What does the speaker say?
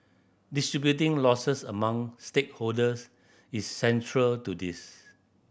distributing losses among stakeholders is central to this